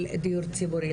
של דיור ציבורי.